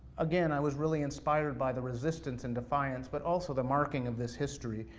again, i was really inspired by the resistance and defiance, but also the marking of this history.